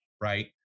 Right